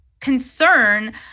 concern